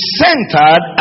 centered